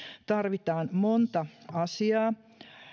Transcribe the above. tarvitaan monta asiaa